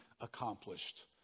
accomplished